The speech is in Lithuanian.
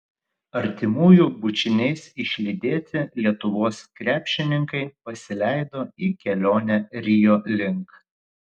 artimųjų bučiniais išlydėti lietuvos krepšininkai pasileido į kelionę rio link